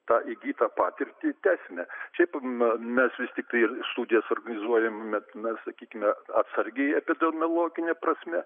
tą įgytą patirtį tęsime šiaip mes vis tiktai studijas organizuojame na sakykime atsargiai epidemiologine prasme